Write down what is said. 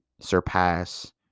surpass